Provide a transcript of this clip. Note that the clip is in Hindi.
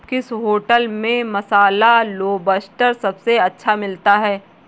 किस होटल में मसाला लोबस्टर सबसे अच्छा मिलता है?